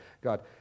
God